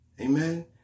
Amen